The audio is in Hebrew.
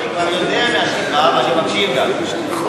אני יודע על התמיכה ואני מקשיב לה.